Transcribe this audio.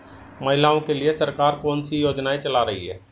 महिलाओं के लिए सरकार कौन सी योजनाएं चला रही है?